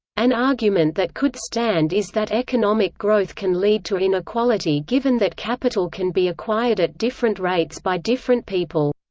an argument that could stand is that economic growth can lead to inequality given that capital can be acquired at different rates by different people.